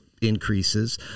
increases